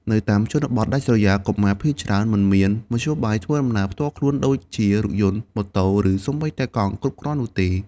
នៅតាមជនបទដាច់ស្រយាល កុមារភាគច្រើនមិនមានមធ្យោបាយធ្វើដំណើរផ្ទាល់ខ្លួនដូចជារថយន្ត ម៉ូតូ ឬសូម្បីតែកង់គ្រប់គ្រាន់នោះទេ។